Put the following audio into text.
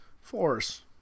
force